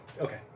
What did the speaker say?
Okay